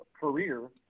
career